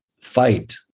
fight